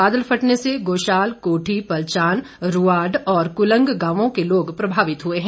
बादल फटने से गोशाल कोठी पलचान रूआड और कुलंग गावों के लोग प्रभावित हुए है